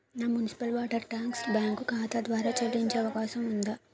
నా municipal water tax bank ఖాతా ద్వారా చెల్లించే అవకాశం ఉందా?